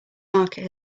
market